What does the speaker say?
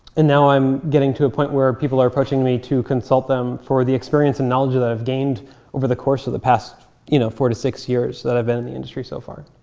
and now i'm getting to a point where people are approaching me to consult them for the experience and knowledge that i've gained over the course of the past you know four to six years that i've been in the industry so far.